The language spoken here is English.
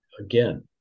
again